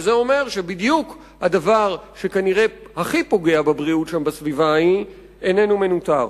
וזה אומר שבדיוק הדבר שכנראה הכי פוגע בבריאות באותה סביבה איננו מנוטר.